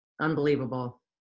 unbelievable